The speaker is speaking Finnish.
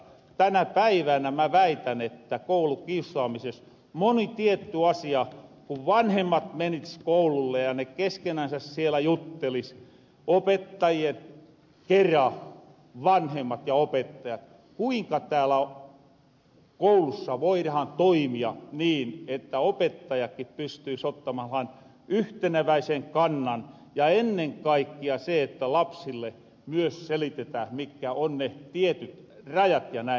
tänä päivänä mä väitän että koulukiusaamises moni tietty asia selviäisi kun vanhemmat menis koululle ja ne keskenänsä sielä juttelis opettajien kera vanhemmat ja opettajat kuinka täällä koulussa voidahan toimia niin että opettajakkin pystyis ottamahan yhteneväisen kannan ja ennen kaikkia on tärkeää se että lapsille myös selitetään mikkä on ne tietyt rajat ja näin